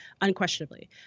unquestionably